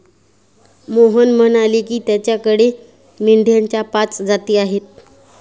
मोहन म्हणाले की, त्याच्याकडे मेंढ्यांच्या पाच जाती आहेत